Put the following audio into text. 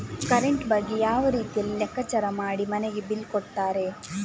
Current ಬಗ್ಗೆ ಯಾವ ರೀತಿಯಲ್ಲಿ ಲೆಕ್ಕಚಾರ ಮಾಡಿ ಮನೆಗೆ ಬಿಲ್ ಕೊಡುತ್ತಾರೆ?